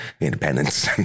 independence